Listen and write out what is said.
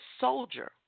soldier